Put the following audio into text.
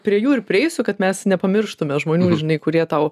prie jų ir prieisiu kad mes nepamirštume žmonių žinai kurie tau